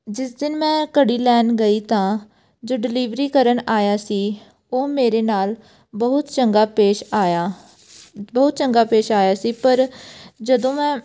ਜਿਸ ਦਿਨ ਮੈਂ ਘੜੀ ਲੈਣ ਗਈ ਤਾਂ ਜੋ ਡਿਲੀਵਰੀ ਕਰਨ ਆਇਆ ਸੀ ਉਹ ਮੇਰੇ ਨਾਲ ਬਹੁਤ ਚੰਗਾ ਪੇਸ਼ ਆਇਆ ਬਹੁਤ ਚੰਗਾ ਪੇਸ਼ ਆਇਆ ਸੀ ਪਰ ਜਦੋਂ ਮੈਂ